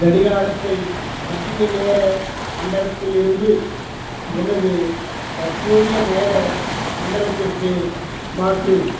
கடிகாரத்தை மத்திய நேர மண்டலத்திலிருந்து எனது தற்போதைய நேர மண்டலத்திற்கு மாற்று